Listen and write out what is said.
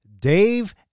Dave